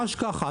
ממש ככה.